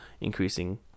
increasing